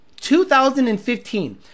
2015